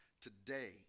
Today